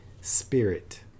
Spirit